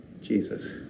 Jesus